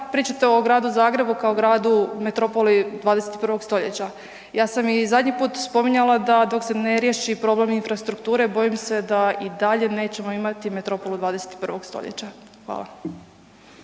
pričate o gradu Zagrebu kao gradu, metropoli 21. st. Ja sam i zadnji put spominjala da dok se ne riješi problem infrastrukture, bojim se da i dalje nećemo imati metropolu 21. st. Hvala.